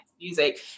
music